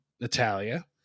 Natalia